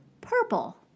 purple